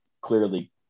clearly